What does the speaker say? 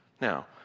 Now